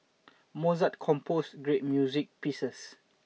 Mozart composed great music pieces